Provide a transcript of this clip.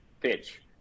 pitch